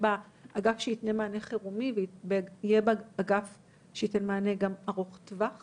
בה אגף שייתן מענה חירומי ויהיה בה אגף שייתן מענה גם ארוך טווח